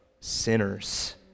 sinners